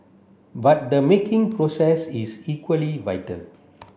but the making process is equally vital